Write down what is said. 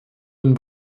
den